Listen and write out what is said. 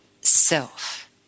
self